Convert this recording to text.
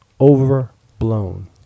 overblown